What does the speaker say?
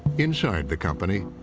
inside the company,